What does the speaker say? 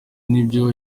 nibyo